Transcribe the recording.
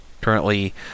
currently